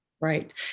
Right